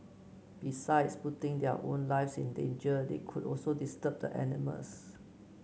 besides putting their own lives in danger they could also disturb the animals